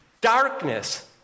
darkness